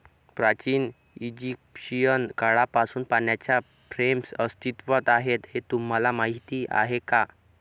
प्राचीन इजिप्शियन काळापासून पाण्याच्या फ्रेम्स अस्तित्वात आहेत हे तुम्हाला माहीत आहे का?